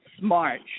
March